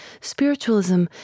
spiritualism